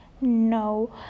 No